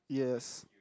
yes